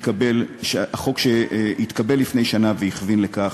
החוק שהתקבל לפני שנה הכווין לכך.